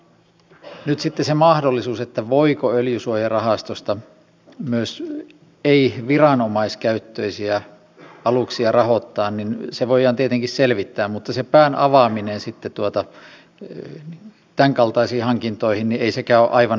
nyt sitten se mahdollisuus voiko öljysuojarahastosta myös ei viranomaiskäyttöisiä aluksia rahoittaa voidaan tietenkin selvittää mutta se pään avaaminen sitten tämän kaltaisiin hankintoihin ei sekään ole aivan yksinkertainen juttu